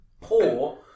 poor